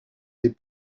des